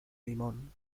limón